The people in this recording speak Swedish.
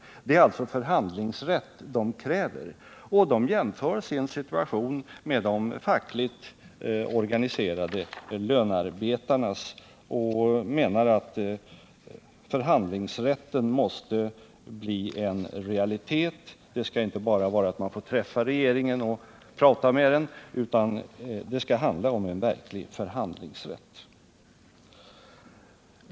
Det är alltså förhandlingsrätt de kräver, och de jämför sin situation med de fackligt organiserade lönearbetarnas och menar att förhandlingsrätten måste bli en realitet. Det skall inte bara vara att man får träffa regeringen och prata med den, utan det skall handla om en verklig förhandlingsrätt.